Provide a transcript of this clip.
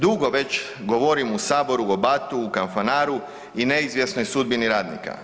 Dugo već govorim u Saboru o BAT-u u Kanfanaru i neizvjesnoj sudbini radnika.